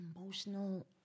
emotional